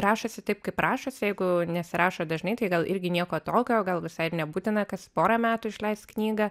rašosi taip kaip rašosi jeigu nesirašo dažnai tai gal irgi nieko tokio gal visai ir nebūtina kas porą metų išleist knygą